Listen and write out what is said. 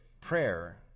prayer